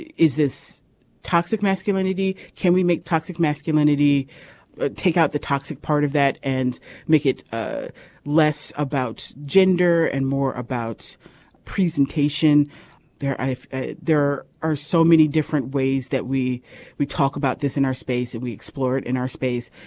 is this toxic masculinity can we make toxic masculinity take out the toxic part of that and make it ah less about gender and more about presentation there. there are so many different ways that we we talk about this in our space and we explore it in our space.